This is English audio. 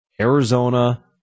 Arizona